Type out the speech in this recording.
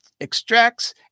extracts